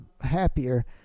happier